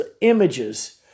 images